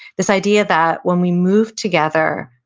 this idea that when we move together,